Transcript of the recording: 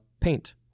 Paint